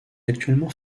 actuellement